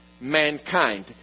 mankind